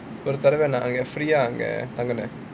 ஒரு தடவ நான் அங்க:oru thadava naan anga free தங்குனேன்:thangunaen